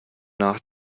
nach